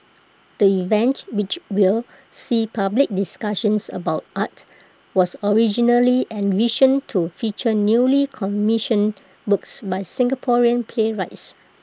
the event which will see public discussions about art was originally envisioned to feature newly commissioned works by Singaporean playwrights